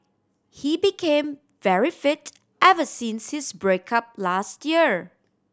he became very fit ever since his break up last year